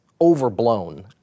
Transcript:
overblown